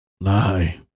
Lie